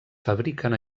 fabriquen